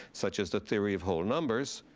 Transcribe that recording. such as the theory of whole numbers,